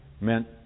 meant